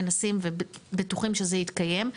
מנסים ובטוחים שזה יתקיים,